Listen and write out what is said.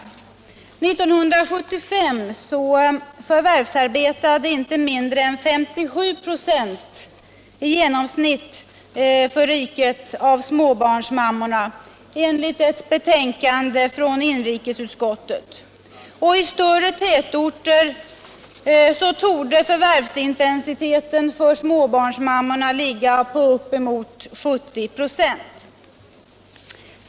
År 1975 förvärvsarbetade inte mindre än 57 26 i genomsnitt för riket av småbarnsmammorna enligt ett betänkande från inrikesutskottet. I större tätorter torde förvärvsintensiteten för småbarnsmammorna ligga på uppemot 70 96.